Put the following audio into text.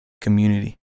community